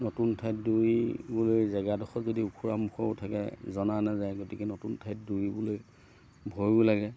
নতুন ঠাইত দৌৰিবলৈ জেগাডোখৰ যদি ওখৰা মুখৰাও থাকে জনা নাযায় গতিকে নতুন ঠাইত দৌৰিবলৈ ভয়ো লাগে